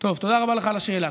תודה רבה לך על השאלה.